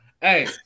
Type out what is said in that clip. hey